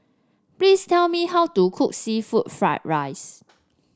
please tell me how to cook seafood Fried Rice